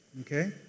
okay